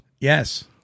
Yes